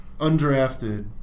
undrafted